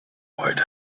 might